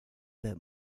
that